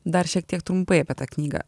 dar šiek tiek trumpai apie tą knygą